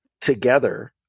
together